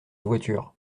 voiture